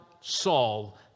Saul